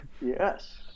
Yes